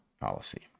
policy